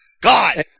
God